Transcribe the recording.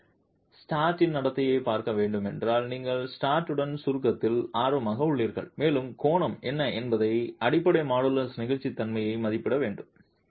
நீங்கள் ஸ்ட்ரட்டின் நடத்தையைப் பார்க்க வேண்டுமென்றால் நீங்கள் ஸ்ட்ரட்டுடன் சுருக்கத்தில் ஆர்வமாக உள்ளீர்கள் மேலும் கோணம் என்ன என்பதன் அடிப்படையில் மாடுலஸ் நெகிழ்ச்சித்தன்மையை மதிப்பிட வேண்டும்